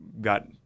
got